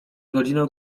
godzinę